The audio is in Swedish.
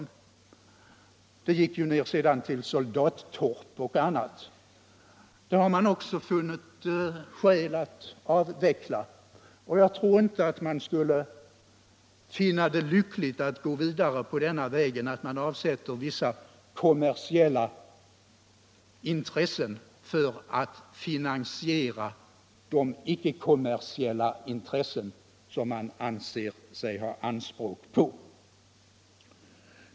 Systemet gick ju sedan ned till soldattorp m.m. Det har man också funnit skäl att avveckla. Jag tror inte man skulle finna det lyckligt att gå vidare på denna väg — att avsätta vissa kommersiella värden för att finansiera de icke-kommersiella intressen som man vill främja.